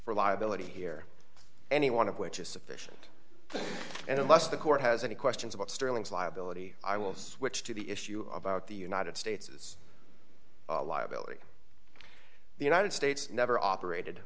for liability here any one of which is sufficient and unless the court has any questions about sterling's liability i will switch to the issue about the united states is a liability to the united states never operated